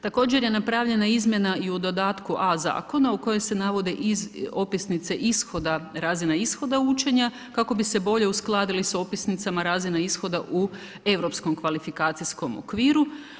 Također je napravljena i izmjena u dodatku A zakona, u kojoj se navode i opisnice ishoda, razina ishoda učenja, kako bi se bolje uskladili sa opisnicama razine ishoda u europskom kvalifikacijskom okviru.